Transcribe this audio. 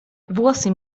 włosy